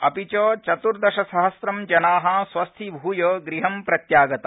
अपि च चतुर्दशसहस्रं जना स्वस्थीभूय गृहं प्रत्यागता